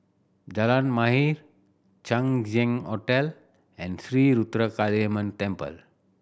Jalan Mahir Chang Ziang Hotel and Sri Ruthra Kaliamman Temple